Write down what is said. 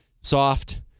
soft